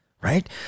right